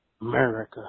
America